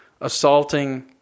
assaulting